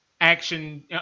action